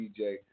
DJ